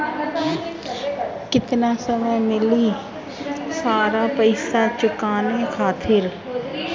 केतना समय मिली सारा पेईसा चुकाने खातिर?